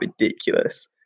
ridiculous